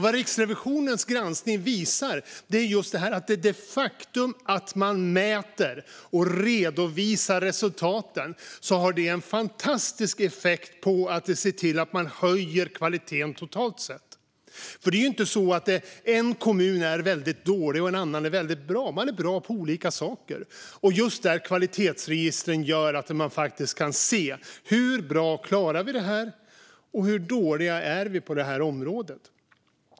Vad Riksrevisionens granskning visar är att det faktum att man mäter och redovisar resultaten har en fantastisk effekt på att höja kvaliteten totalt sett. Det är inte så att en kommun är dålig och en annan är bra, utan man är bra på olika saker. Just där gör kvalitetsregistren att man faktiskt kan se hur bra man klarar något eller hur dålig man är på ett område.